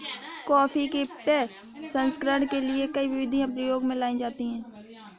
coffee के प्रसंस्करण के लिए कई विधियां प्रयोग में लाई जाती हैं